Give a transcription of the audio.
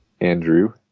Andrew